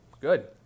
Good